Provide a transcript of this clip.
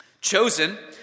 Chosen